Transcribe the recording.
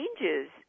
changes